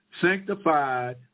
sanctified